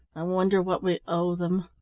i wonder what we owe them!